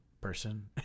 person